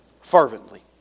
fervently